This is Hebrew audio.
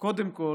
קודם כול,